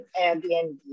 Airbnb